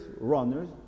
runners